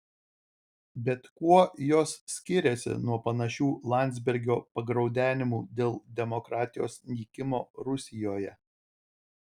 bet kuo jos skiriasi nuo panašių landsbergio pagraudenimų dėl demokratijos nykimo rusijoje